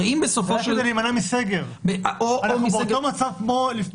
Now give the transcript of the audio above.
הרי אם בסופו של דבר --- זה היה כדי להימנע מסגר.